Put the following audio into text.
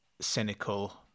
cynical